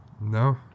No